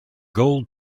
gold